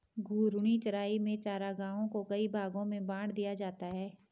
घूर्णी चराई में चरागाहों को कई भागो में बाँट दिया जाता है